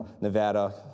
Nevada